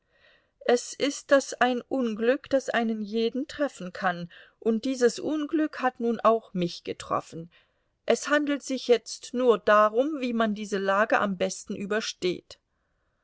es ist das ein unglück das einen jeden treffen kann und dieses unglück hat nun auch mich getroffen es handelt sich jetzt nur darum wie man diese lage am besten übersteht